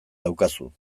daukazu